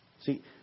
See